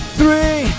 three